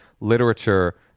literature